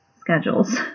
schedules